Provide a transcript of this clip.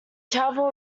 travel